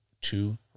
two